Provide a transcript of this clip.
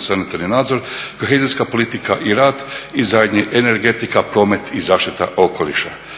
sanitarni nadzor, kohezijska politika i rad i zadnje, energetika, promet i zaštita okoliša.